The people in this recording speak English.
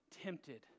tempted